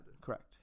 Correct